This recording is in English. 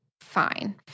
fine